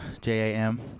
J-A-M